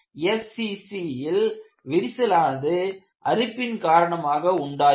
SCC ல் விரிசலானது அரிப்பின் காரணமாக உண்டாகிறது